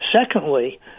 Secondly